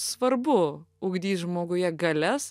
svarbu ugdyt žmoguje galias